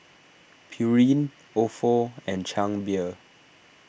Pureen Ofo and Chang Beer